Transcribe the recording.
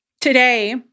Today